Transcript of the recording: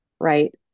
right